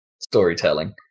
storytelling